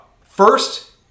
first